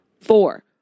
Four